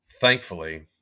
thankfully